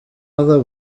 other